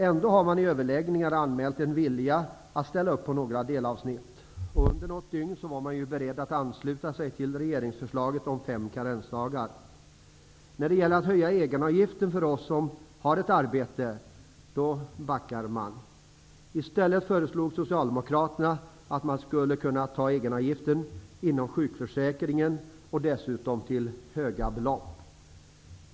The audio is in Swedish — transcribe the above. Ändå har man i överläggningarna anmält en vilja att ställa upp på några delavsnitt. Under något dygn var man beredd att ansluta sig till regeringsförslaget om fem karensdagar. När det gällde att höja egenavgiften för oss som har ett arbete backade man. I stället föreslog Socialdemokraterna att man skulle höja egenavgiften inom sjukförsäkringen, dessutom med höga belopp.